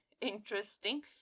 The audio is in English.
interesting